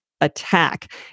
attack